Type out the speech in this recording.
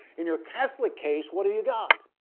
in your catholic case what do you got?